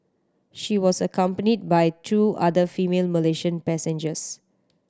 she was accompanied by two other female Malaysian passengers